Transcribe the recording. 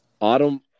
Autumn